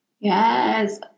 Yes